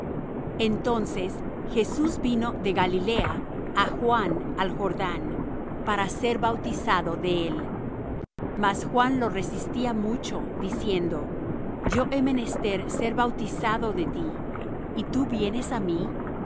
entonces jesús vino de galilea á juan al jordán para ser bautizado de él mas juan lo resistía mucho diciendo yo he menester ser bautizado de ti y tú vienes á mí